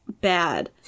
bad